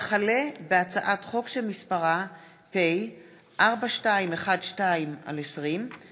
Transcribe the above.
ישיבה רכ"ו הישיבה המאתיים-ועשרים-ושש של הכנסת העשרים יום